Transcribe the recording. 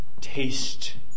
taste